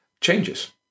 changes